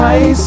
ice